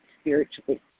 spiritually